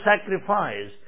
sacrifice